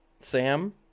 Sam